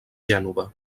gènova